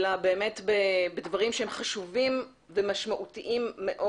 אלא באמת בדברים שהם חשובים ומשמעותיים מאוד.